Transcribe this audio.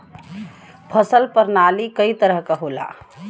फसल परनाली कई तरह क होला